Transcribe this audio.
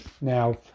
Now